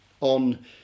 on